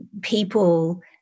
people